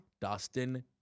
Dustin